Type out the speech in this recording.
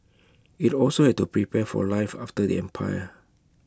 IT also had to prepare for life after the empire